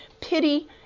pity